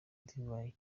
divayi